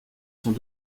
sont